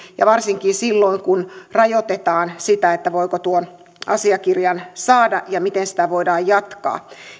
varsinkin silloin kun rajoitetaan sitä voiko tuon asiakirjan saada ja miten sitä voidaan jatkaa